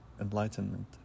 enlightenment